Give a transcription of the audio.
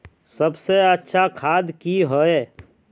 सबसे अच्छा खाद की होय?